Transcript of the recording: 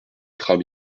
trame